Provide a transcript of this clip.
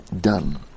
done